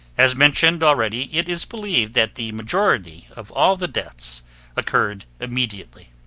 as mentioned already, it is believed that the majority of all the deaths occurred immediately.